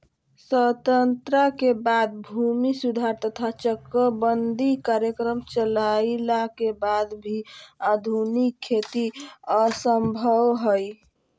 स्वतंत्रता के बाद भूमि सुधार तथा चकबंदी कार्यक्रम चलइला के वाद भी आधुनिक खेती असंभव हई